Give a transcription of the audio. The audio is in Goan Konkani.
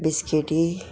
बिस्किटी